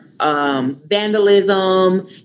Vandalism